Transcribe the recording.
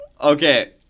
Okay